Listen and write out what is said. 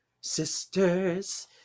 Sisters